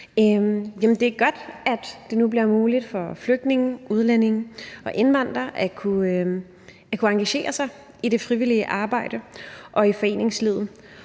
det er godt, det nu bliver muligt for flygtninge, udlændinge og indvandrere at kunne engagere sig i det frivillige arbejde og i foreningslivet.